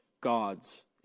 gods